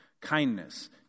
kindness